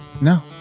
No